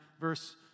verse